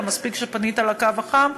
אלא מספיק שפנית לקו החם,